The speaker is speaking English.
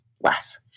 less